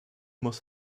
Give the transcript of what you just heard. muss